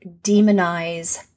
demonize